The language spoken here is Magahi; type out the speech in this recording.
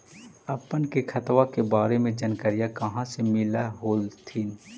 अपने के खेतबा के बारे मे जनकरीया कही से मिल होथिं न?